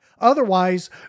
Otherwise